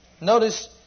Notice